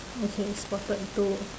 okay spotted two